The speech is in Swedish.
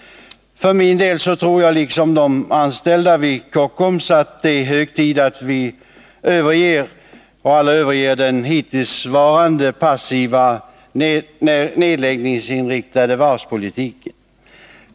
För min del tror jag-liksom de anställda vid Kockums — att det är hög tid att alla överger den hittillsvarande passiva nedläggningsinriktade varvspolitiken.